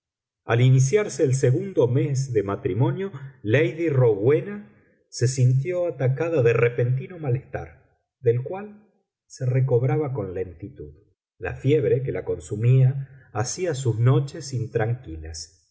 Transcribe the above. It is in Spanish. al iniciarse el segundo mes de matrimonio lady rowena se sintió atacada de repentino malestar del cual se recobraba con lentitud la fiebre que la consumía hacía sus noches intranquilas